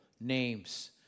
names